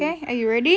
okay are you ready